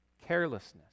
Carelessness